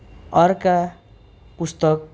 अर्का पुस्तक